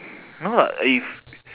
no lah if